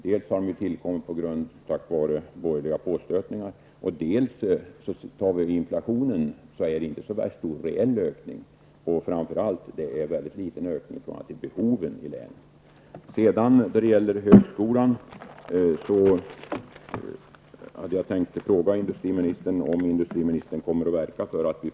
Dels har de tillkommit tack vare borgerliga påstötningar, dels är det inte så värst stora reella ökningaaaar med hänsyn tagen till inflationen. Framför allt är det mycket små ökningar i förhållande till behoven i länet.